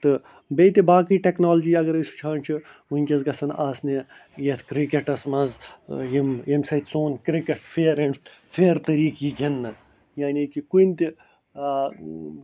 تہٕ بیٚیہِ تہِ باقٕے ٹیکنالجی اَگر أسۍ وُچھان چھِ ؤنکیٚن گژھَن آسنہِ یَتھ کِرکَٹَس منٛز یِم ییٚمہِ سۭتۍ سون کِرکَٹ فیر ایٚنڈ فیر طریٖقہٕ یی گِنٛدنہٕ یعنی کہ کُنہِ تہِ